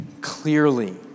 clearly